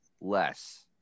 less